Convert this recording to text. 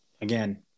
Again